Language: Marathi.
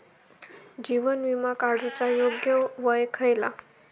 जीवन विमा काडूचा योग्य वय खयला?